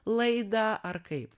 laidą ar kaip